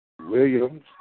Williams